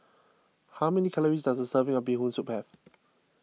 how many calories does a serving of Bee Hoon Soup have